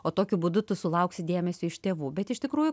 o tokiu būdu tu sulauksi dėmesio iš tėvų bet iš tikrųjų